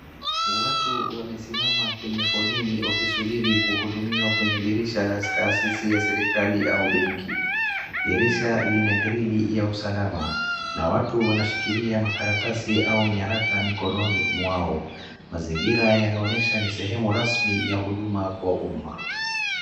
Watu wamesimama kwenye foleni wakisubiri kuhudumiwa kwenye dirisha la taasisi ya serikali au benki. Dirisha lina grili ya usalama na watu wanashikilia makaratasi au nyaraka mikononi mwao. Mazingira yanaonyesha ni sehemu rasmi ya huduma kwa umma.